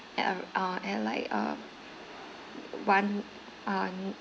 at a uh at like uh one on